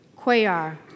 Quayar